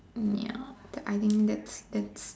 ya that I think that's that's